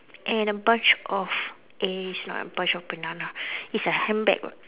and a bunch of eh it's not a bunch of banana it's a handbag